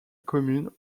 commune